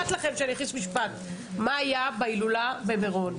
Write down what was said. מה היה בהילולה במירון?